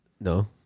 No